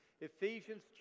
Ephesians